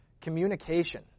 communication